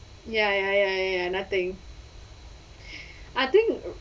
ya ya ya ya nothing I think